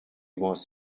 was